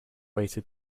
waited